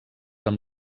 amb